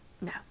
No